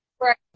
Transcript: Right